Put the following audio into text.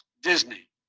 Disney